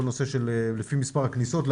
כל הנושא של לפי מספר הכניסות,